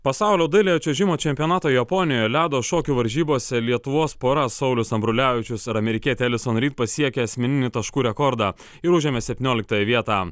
pasaulio dailiojo čiuožimo čempionato japonijoje ledo šokių varžybose lietuvos pora saulius ambrulevičius ir amerikietė elison ryd pasiekė asmeninį taškų rekordą ir užėmė septynioliktąją vietą